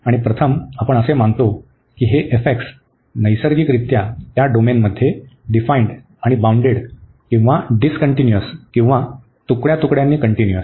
आणि प्रथम आपण असे मानतो की हे नैसर्गिकरित्या या डोमेनमध्ये डिफाईनड आणि बाउंडेड किंवा डिसकन्टीन्युअस किंवा तुकड्यां तुकड्यांनी कन्टीन्युअस आहे